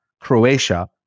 Croatia